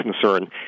concern